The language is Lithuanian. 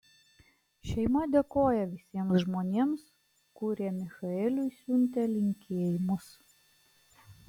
šeima dėkoja visiems žmonėms kurie michaeliui siuntė linkėjimus